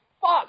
fuck